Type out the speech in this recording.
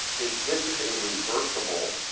is this is a reversible